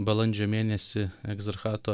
balandžio mėnesį egzarchato